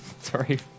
Sorry